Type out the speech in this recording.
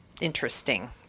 interesting